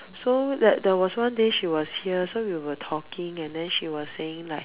so that there was one day she was here so we were talking and then she was saying like